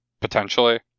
potentially